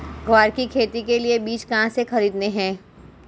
ग्वार की खेती के लिए बीज कहाँ से खरीदने हैं?